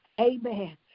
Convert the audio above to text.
Amen